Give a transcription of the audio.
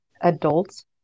adults